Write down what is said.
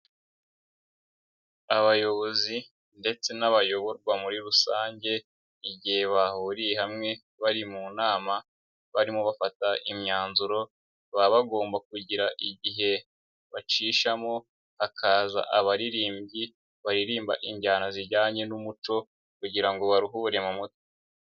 Abayobozi ndetse n'abayoborwa muri rusange, igihe bahuriye hamwe, bari mu nama, barimo bafata imyanzuro, baba bagomba kugira igihe bacishamo, hakaza abaririmbyi, baririmba injyana zijyanye n'umuco kugira ngo baruhure mu mutwe.